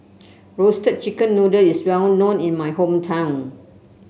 Roasted Chicken Noodle is well known in my hometown